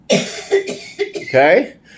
Okay